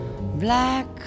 black